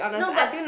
no but